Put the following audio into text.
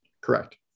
Correct